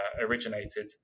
originated